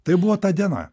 tai buvo ta diena